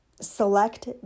select